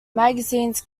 magazines